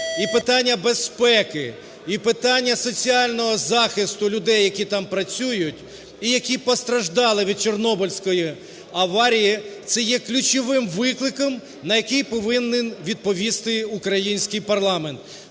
і питання безпеки, і питання соціального захисту людей, які там працюють і які постраждали від Чорнобильської аварії, це є ключовим викликом, на який повинен відповісти український парламент.